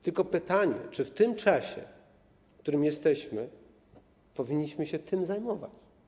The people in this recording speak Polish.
Tylko pytanie, czy w tym czasie, w którym jesteśmy, powinniśmy się tym zajmować.